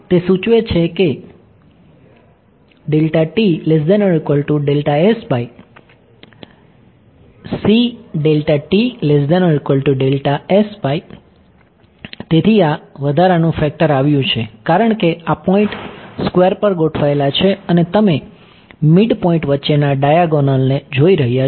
તેથી તે સૂચવે છે કે તેથી આ વધારાનું ફેક્ટર આવ્યું છે કારણ કે આ પોઈન્ટ સ્ક્વેર પર ગોઠવાયેલા છે અને તમે મીડપોઈન્ટ વચ્ચેના ડાયાગોનલને જોઈ રહ્યા છો